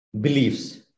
beliefs